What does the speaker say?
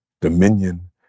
dominion